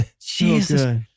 Jesus